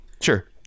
Sure